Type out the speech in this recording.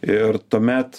ir tuomet